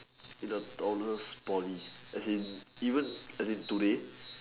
in a tallest Poly as in even as in today